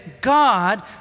God